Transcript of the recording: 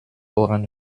ohren